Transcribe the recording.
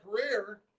career